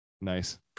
Nice